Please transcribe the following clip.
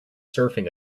surfing